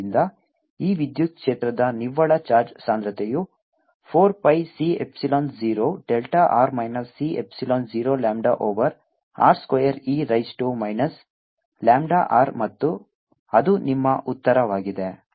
ಆದ್ದರಿಂದ ಈ ವಿದ್ಯುತ್ ಕ್ಷೇತ್ರದ ನಿವ್ವಳ ಚಾರ್ಜ್ ಸಾಂದ್ರತೆಯು 4 pi c epsilon 0 delta r minus C epsilon 0 lambda over r square e raise to minus lambda r ಮತ್ತು ಅದು ನಿಮ್ಮ ಉತ್ತರವಾಗಿದೆ